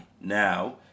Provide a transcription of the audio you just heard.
Now